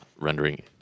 rendering